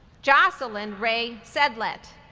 jocelyn rae sedlet,